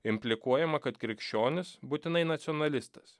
implikuojama kad krikščionis būtinai nacionalistas